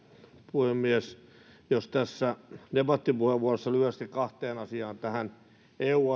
puhemies puutun tässä debattipuheenvuorossa lyhyesti kahteen asiaan tässä eu